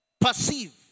perceive